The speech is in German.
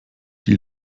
die